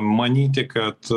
manyti kad